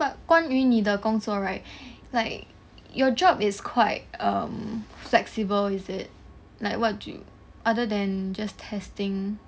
but 关于你的工作 right like your job is quite um flexible is it like what do you other than just testing